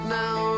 now